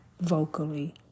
vocally